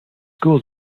school